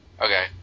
Okay